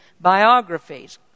biographies